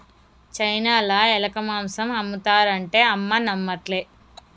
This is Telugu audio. చైనాల ఎలక మాంసం ఆమ్ముతారు అంటే అమ్మ నమ్మట్లే